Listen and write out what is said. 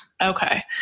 Okay